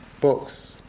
books